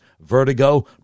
vertigo